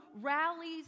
rallies